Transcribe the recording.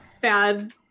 bad